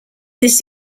this